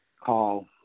call